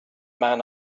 man